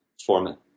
format